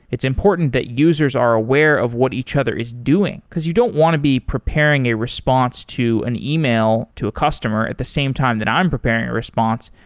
it's important that users are aware of what each other is doing, because you don't want to be preparing a response to an e-mail to a customer at the same time that i'm preparing a response,